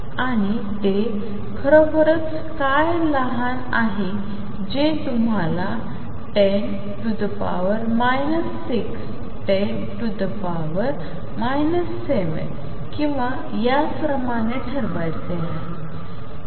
आणि ते खरोखरच काय लहान आहे जे तुम्हाला 10 6 10 7 किंवा याप्रमाणे ठरवायचे आहे